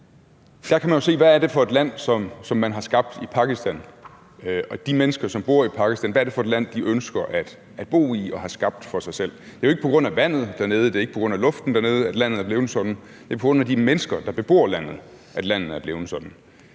i Pakistan, og hvad det er for et land, som de mennesker, som bor i Pakistan, ønsker at bo i og har skabt for sig selv. Det er jo ikke på grund af vandet dernede, det er ikke på grund af luften dernede, at landet er blevet sådan, det er på grund af de mennesker, der bebor landet, at landet er blevet sådan.